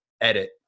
edit